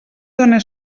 done